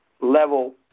level